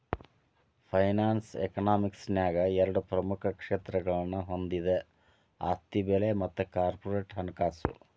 finance economics ನ್ಯಾಗ ಎರಡ ಪ್ರಮುಖ ಕ್ಷೇತ್ರಗಳನ್ನ ಹೊಂದೆದ ಆಸ್ತಿ ಬೆಲೆ ಮತ್ತ ಕಾರ್ಪೊರೇಟ್ ಹಣಕಾಸು